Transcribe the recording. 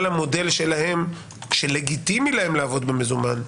המודל שלהם שלגיטימי להם לעבוד במזומן,